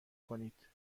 کنید